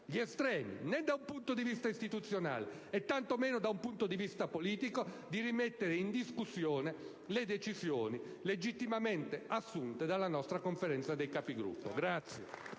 gli estremi, né da un punto di vista istituzionale né tantomeno da un punto di vista politico, di rimettere in discussione le decisioni legittimamente assunte dalla nostra Conferenza dei Capigruppo.